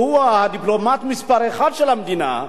שהוא הדיפלומט מספר אחת של המדינה,